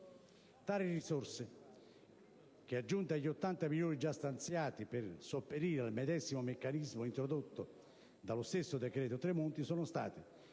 Tali risorse, aggiunte agli 80 milioni già stanziati per sopperire al medesimo meccanismo introdotto dallo stesso decreto Tremonti, sono state